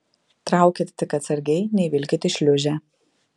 traukit tik atsargiai neįvilkit į šliūžę